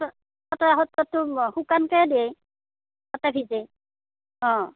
তাতে সত্রতটো শুকানকৈ দিয়ে তাতে ভিজাই অ'